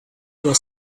other